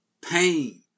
pain